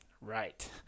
Right